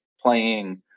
playing